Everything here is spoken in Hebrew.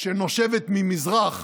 שנושבת ממזרח